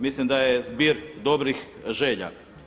Mislim da je zbir dobrih želja.